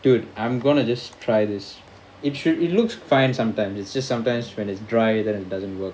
dude I'm gonna just try this it should it looks fine sometimes it's just sometimes when it's dry then it doesn't work